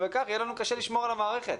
וכך יהיה לנו קשה לשמור על המערכת.